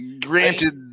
Granted